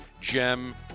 gem